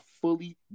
fully